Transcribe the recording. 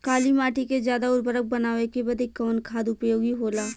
काली माटी के ज्यादा उर्वरक बनावे के बदे कवन खाद उपयोगी होला?